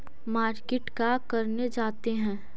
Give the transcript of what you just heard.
Market का करने जाते हैं?